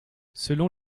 selon